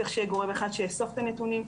צריך שיהיה גורם אחד שיאסוף את הנתונים,